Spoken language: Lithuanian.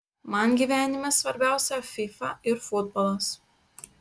man gyvenime svarbiausia fifa ir futbolas